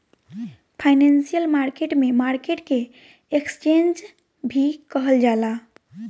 financial market में market के exchange भी कहल जाला